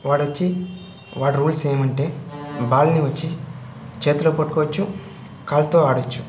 వాడొచ్చి వాడి రూల్స్ ఏమంటే బాల్ని వచ్చి చేతిలో పట్టుకోవచ్చు కాలుతో ఆడచ్చు